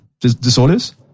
disorders